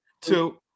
two